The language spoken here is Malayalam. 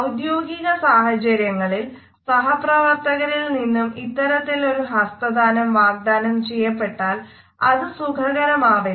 ഔദ്യോഗിക സാഹചര്യങ്ങളിൽ സഹപ്രവർത്തകരിൽ നിന്നും ഇത്തരത്തിലൊരു ഹസ്തദാനം വാഗ്ദാനം ചെയ്യപ്പെട്ടാൽ അത് സുഖകരമാവില്ല